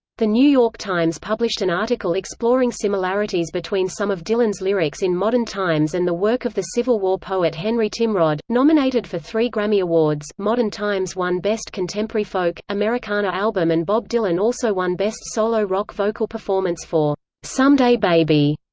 the new york times published an article exploring similarities between some of dylan's lyrics in modern times and the work of the civil war poet henry timrod nominated for three grammy awards, modern times won best contemporary contemporary folk americana album and bob dylan also won best solo rock vocal performance for someday baby.